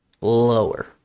Lower